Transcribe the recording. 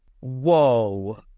Whoa